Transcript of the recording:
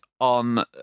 on